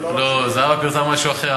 אני לא רציתי, לא, זהבה פירטה משהו אחר.